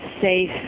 safe